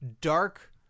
dark